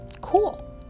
Cool